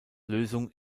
lösung